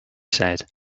said